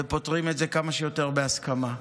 ופותרים את זה כמה שיותר בהסכמה.